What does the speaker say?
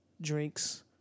Drinks